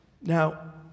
Now